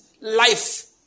life